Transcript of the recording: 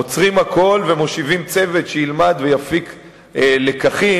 עוצרים הכול ומושיבים צוות שילמד ויפיק לקחים,